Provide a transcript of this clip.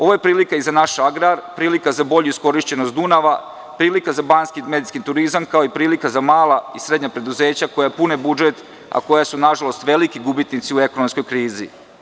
Ovo je prilika i za naš agrar, prilika za bolju iskorišćenost Dunava, prilika za banjski turizam, kao i prilika za mala i srednja preduzeća koja pune budžet, a koja su nažalost veliki gubitnici u ekonomskoj krizi.